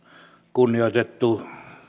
kunnioitettu